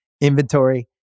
inventory